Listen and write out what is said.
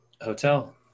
hotel